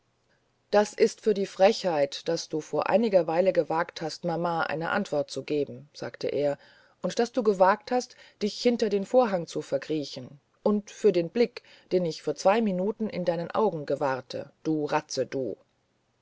das ist für die frechheit daß du vor einer weile gewagt hast mama eine antwort zu geben sagte er und daß du gewagt hast dich hinter den vorhang zu verkriechen und für den blick den ich vor zwei minuten in deinen augen gewahrte du ratze du